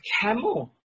camel